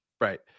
Right